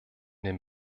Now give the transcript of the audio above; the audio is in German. dem